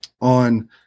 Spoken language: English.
on